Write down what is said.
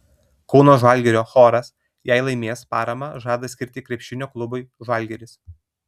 kauno žalgirio choras jei laimės paramą žada skirti krepšinio klubui žalgiris